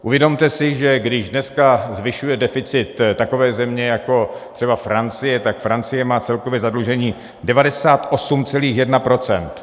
Uvědomte si, že když dneska zvyšují deficit takové země jako třeba Francie, tak Francie má celkové zadlužení 98,1 %.